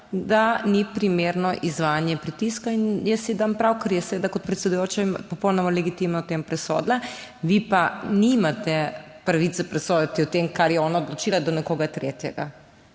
da ni primerno izvajanje pritiska in jaz ji dam prav, ker je seveda kot predsedujoči popolnoma legitimno o tem presodila, vi pa nimate pravice presojati o tem, kar je ona odločila, do nekoga tretjega.